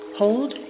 hold